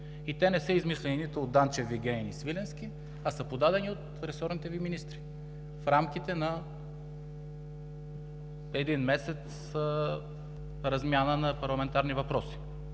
Те не са измислени от Данчев, Вигенин и Свиленски, а са подадени от ресорните Ви министри в рамките на един месец размяна на парламентарни въпроси.